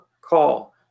call